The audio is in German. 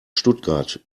stuttgart